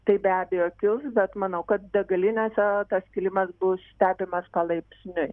tai be abejo kils bet manau kad degalinėse tas kilimas bus stebimas palaipsniui